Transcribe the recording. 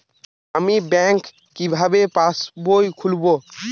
আমি ব্যাঙ্ক কিভাবে পাশবই খুলব?